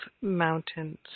mountains